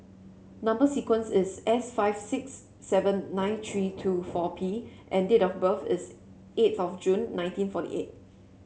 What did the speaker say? number sequence is S five six seven nine three two four P and date of birth is eighth of June nineteen forty eight